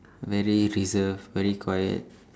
very reserved very quiet